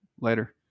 Later